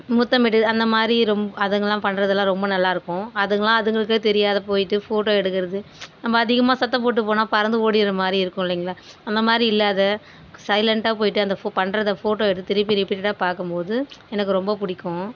முத்தமிடு அந்த மாரி ரொம் அதுங்கலாம் பண்ணுறதெல்லாம் ரொம்ப நல்லா இருக்கும் அதுங்கலாம் அதுங்களுக்கே தெரியாத போயிவிட்டு ஃபோட்டோ எடுக்கிறது நம்ம அதிகமாக சத்தம் போட்டு போனால் பறந்து ஓடிற மாரி இருக்கும் இல்லைங்களா அந்த மாரி இல்லாத சைலன்டாக போயிவிட்டு அந்த ஃபோ பண்ணுறத ஃபோட்டோ எடுத்து திருப்பி ரிப்பிட்டடாக பார்க்கும்போது எனக்கு ரொம்ப பிடிக்கும்